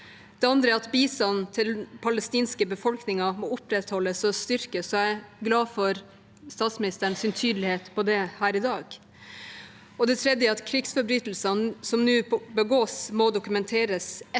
Det andre er at bistanden til den palestinske befolkningen må opprettholdes og styrkes. Jeg er glad for statsministerens tydelighet på det her i dag. Det tredje er at krigsforbrytelsene som nå begås, må dokumenteres, etterforskes